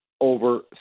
over